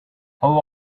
how